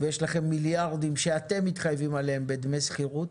יש לכם מיליארדים שאתם מתחייבים עליהם בדמי שכירות.